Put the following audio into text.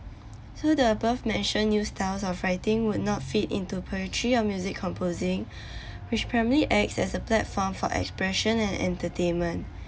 so the above mentioned new styles of writing would not fit into poetry or music composing which primarily acts as a platform for expression and entertainment